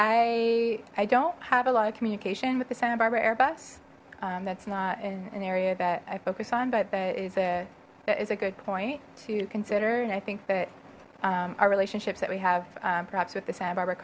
i i don't have a lot of communication with the santa barbara air bus that's not in an area that i focus on but that is a that is a good point to consider and i think that our relationships that we have perhaps with the santa barbara